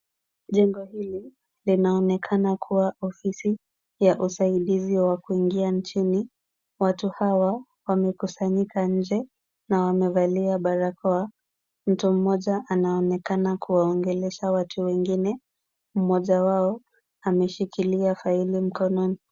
Jengo hili linaonekana kuwa ofisi ya usaidizi wa kuingia nchini. Watu hawa wamekusanyika nje na wamevalia barakoa. Mtu mmoja anaonekana kuwaongelesha watu wengine. Mmoja wao ameshikilia faili mkononi.